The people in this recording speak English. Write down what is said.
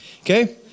okay